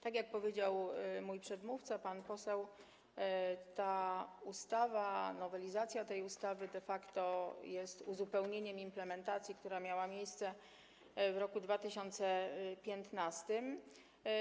Tak jak powiedział mój przedmówca, pan poseł, ta ustawa, nowelizacja tej ustawy de facto jest uzupełnieniem implementacji, która miała miejsce w roku 2015.